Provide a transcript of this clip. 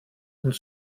und